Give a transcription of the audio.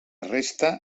resta